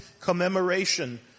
commemoration